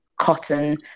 cotton